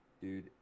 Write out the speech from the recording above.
Dude